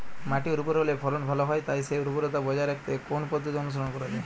মাটি উর্বর হলে ফলন ভালো হয় তাই সেই উর্বরতা বজায় রাখতে কোন পদ্ধতি অনুসরণ করা যায়?